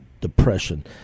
depression